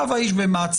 עכשיו האיש במעצר.